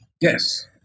Yes